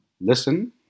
Listen